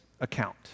account